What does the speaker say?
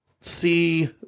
see